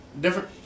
different